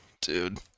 Dude